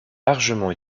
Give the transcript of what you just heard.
largement